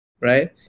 right